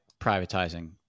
privatizing